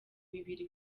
bibiri